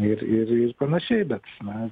ir ir ir panašiai bet na